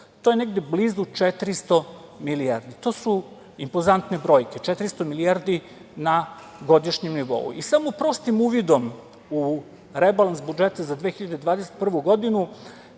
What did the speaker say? to je negde blizu 400 milijardi. To su impozantne brojke, 400 milijardi na godišnjem nivou. I samo prostim uvidom u rebalans budžeta za 2021. godinu,